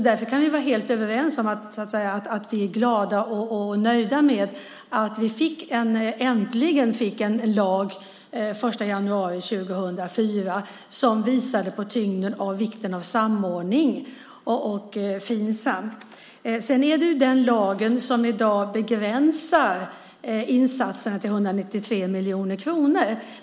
Därför kan vi vara helt överens om att vi är glada och nöjda med att vi den 1 januari 2004 äntligen fick en lag som visade på tyngden och vikten av samordning och Finsam. Det är den lagen som i dag begränsar insatserna till 193 miljoner kronor.